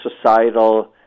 societal